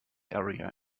area